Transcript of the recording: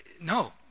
No